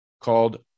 called